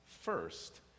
first